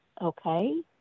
okay